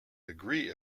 degree